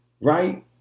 right